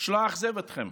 שלא אאכזב אתכם.